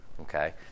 Okay